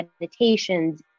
meditations